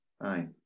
Aye